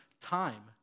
time